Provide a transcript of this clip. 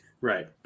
Right